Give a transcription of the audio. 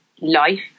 life